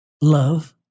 love